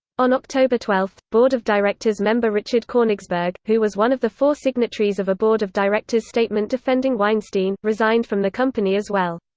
on october twelve, board of directors member richard koenigsberg, who was one of the four signatories of a board of directors statement defending weinstein, resigned from the company as well.